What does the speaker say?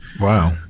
wow